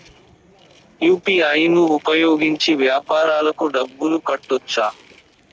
UPI ను ఉపయోగించి వ్యాపారాలకు డబ్బులు కట్టొచ్చా?